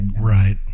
Right